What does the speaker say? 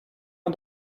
man